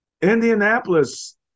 indianapolis